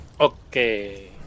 Okay